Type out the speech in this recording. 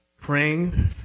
praying